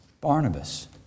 Barnabas